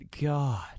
God